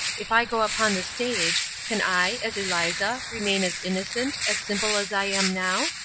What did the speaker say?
if i go upon the stage, can i, as eliza, remain as innocent, as simple as i am now?